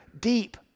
deep